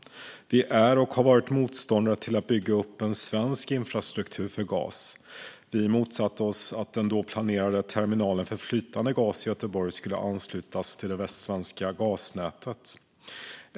Vi är och har varit motståndare till att bygga upp en svensk infrastruktur för gas. Vi motsatte oss att den då planerade terminalen för flytande gas i Göteborg skulle anslutas till det västsvenska gasnätet.